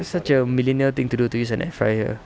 it's such a millennial thing to do to use an air fryer